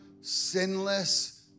sinless